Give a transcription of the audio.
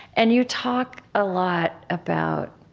and you talk a lot about